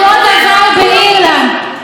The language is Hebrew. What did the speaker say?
אותו הדבר באירלנד.